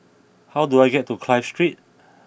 how do I get to Clive Street